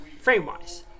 frame-wise